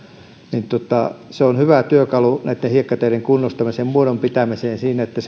se on hyvä työkalu näitten hiekkateiden kunnostamiseen muodon pitämiseen siinä että